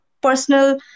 personal